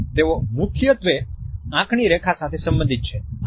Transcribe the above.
તેઓ મુખ્યત્વે આંખની રેખા સાથે સંબંધિત છે